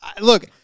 look